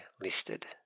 listed